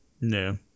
No